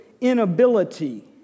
inability